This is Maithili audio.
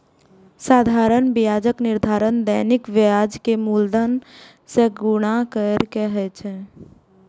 साधारण ब्याजक निर्धारण दैनिक ब्याज कें मूलधन सं गुणा कैर के होइ छै